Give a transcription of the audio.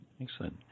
Excellent